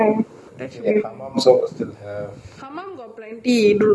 soap got plenty don't talk about your personal grooming thing